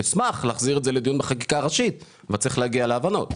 אשמח להחזיר את זה לדיון בחקיקה ראשית אבל צריך להגיע להבנות.